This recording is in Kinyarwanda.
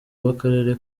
w’akarere